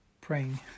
praying